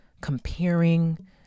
comparing